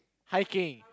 hiking